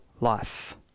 life